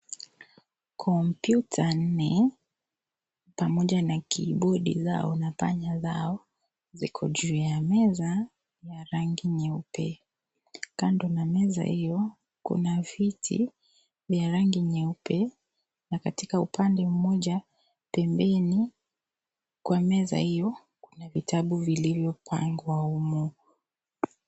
Kompyuta nne, pamoja na kibodi zao na panya zao, ziko juu ya meza ya rangi nyeupe. Kando na meza hiyo kuna viti vya rangi nyeupe, na katika upande mmoja pembeni kwa meza hiyo kuna vitabu vilivyopangwa humo.